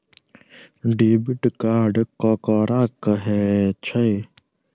Debit card ककरा कहै छै?